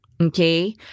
okay